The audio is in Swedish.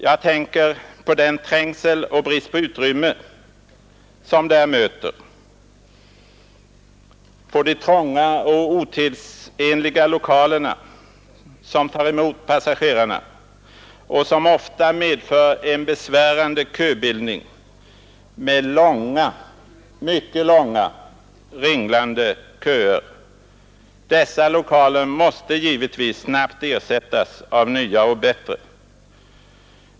Jag tänker på den trängsel och brist på utrymme som där möter, på de trånga och otidsenliga lokalerna som tar emot passagerarna och som ofta medför en besvärande köbildning med långa, mycket långa, ringlande köer. Dessa lokaler måste givetvis snabbt ersättas av nya och bättre.